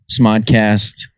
Smodcast